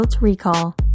Recall